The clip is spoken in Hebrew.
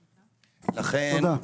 תודה.